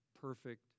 perfect